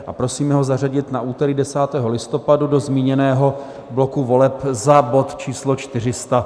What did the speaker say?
A prosíme ho zařadit na úterý 10. listopadu do zmíněného bloku voleb za bod číslo 402.